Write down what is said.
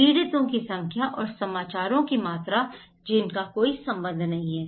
पीड़ितों की संख्या और समाचारों की मात्रा जिनका कोई संबंध नहीं है